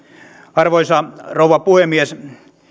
arvoisa rouva puhemies